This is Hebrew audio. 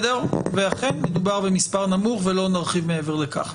ואכן מדובר במספר נמוך ולא נרחיב מעבר לכך.